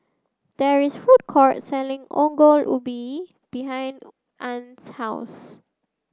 there is food court selling Ongol Ubi behind Ann's house